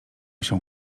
się